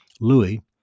Louis